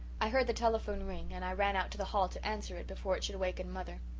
i heard the telephone ring and i ran out to the hall to answer it, before it should waken mother.